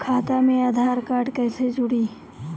खाता मे आधार कार्ड कईसे जुड़ि?